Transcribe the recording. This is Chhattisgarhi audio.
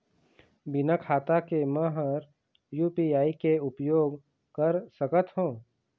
बिना खाता के म हर यू.पी.आई के उपयोग कर सकत हो?